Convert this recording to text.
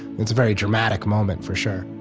it's a very dramatic moment, for sure.